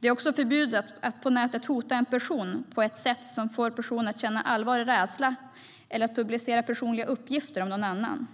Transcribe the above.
Det är också förbjudet att på nätet hota en person på ett sätt som får personen att känna allvarlig rädsla eller att publicera personliga uppgifter om någon annan.